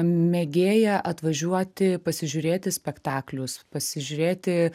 mėgėja atvažiuoti pasižiūrėti spektaklius pasižiūrėti